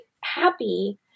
happy